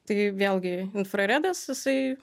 tai vėlgi infraredas jisai